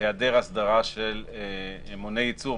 היעדר הסדרה של מונה ייצור,